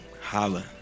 Holla